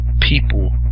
people